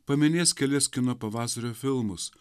paminės kelis kino pavasario filmus